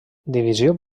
divisió